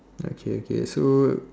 okay okay so